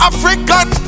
African